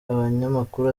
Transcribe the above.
abanyamakuru